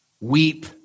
weep